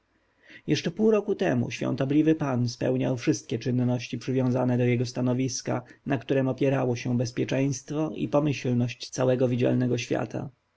jeszcze pół roku temu świątobliwy pan spełniał wszystkie czynności przywiązane do jego stanowiska na którem opierało się bezpieczeństwo i pomyślność całego widzialnego świata